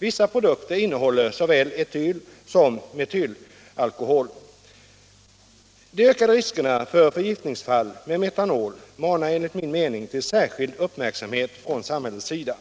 Vissa produkter innehåller såväl etyl som metylalkohol. 115 förhindra förtäring av metanolhaltiga vätskor De ökade riskerna för förgiftningsfall med metanol manar enligt min mening till särskild uppmärksamhet från samhällets sida.